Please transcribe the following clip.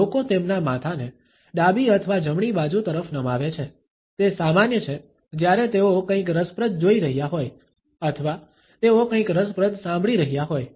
લોકો તેમના માથાને ડાબી અથવા જમણી બાજુ તરફ નમાવે છે તે સામાન્ય છે જ્યારે તેઓ કંઈક રસપ્રદ જોઈ રહ્યા હોય અથવા તેઓ કંઈક રસપ્રદ સાંભળી રહ્યા હોય